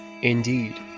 Indeed